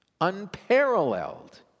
unparalleled